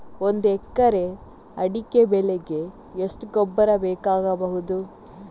ಒಂದು ಎಕರೆ ಅಡಿಕೆ ಬೆಳೆಗೆ ಎಷ್ಟು ಗೊಬ್ಬರ ಬೇಕಾಗಬಹುದು?